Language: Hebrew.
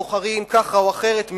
בוחרים ככה או אחרת,